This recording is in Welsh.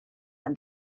gan